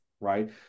right